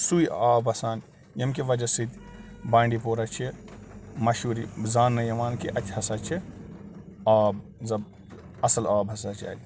سُے آب وَسان ییٚمہِ کہِ وجہ سۭتۍ بانڈی پورہ چھِ مشہوٗر یہِ زانٛنہٕ یِوان کہِ اَتہِ ہسا چھِ آب اَصٕل آب ہسا چھِ اَتہِ